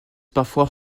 parfois